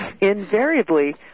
invariably